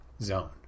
zone